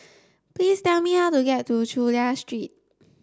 please tell me how to get to Chulia Street